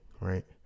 right